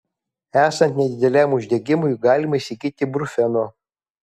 esant nedideliam uždegimui galima įsigyti brufeno